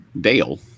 dale